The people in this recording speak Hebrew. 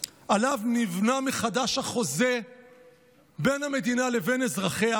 שעליו נבנה מחדש החוזה בין המדינה לבין אזרחיה.